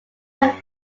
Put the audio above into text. have